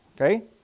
Okay